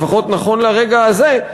לפחות נכון לרגע הזה,